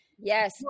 yes